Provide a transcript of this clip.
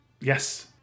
Yes